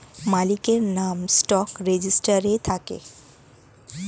মালিকের নাম স্টক রেজিস্টারে থাকে